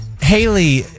Haley